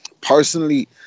personally